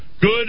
Good